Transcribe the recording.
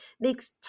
makes